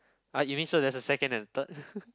ah you mean so there's a second and third